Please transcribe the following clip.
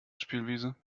spielwiese